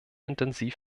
intensiv